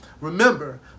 remember